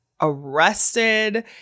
arrested